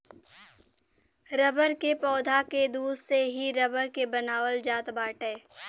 rubber के पौधा के दूध से ही रबर के बनावल जात बाटे